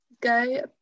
Go